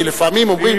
כי לפעמים אומרים,